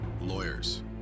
lawyers